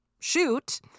shoot